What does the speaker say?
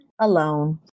alone